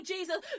Jesus